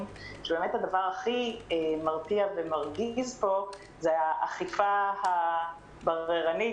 שהדבר הכי מרתיע ומרגיז פה הוא האכיפה הבררנית,